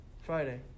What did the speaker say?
Friday